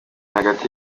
hagati